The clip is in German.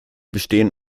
bestehen